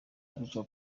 abicwa